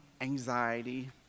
anxiety